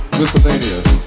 miscellaneous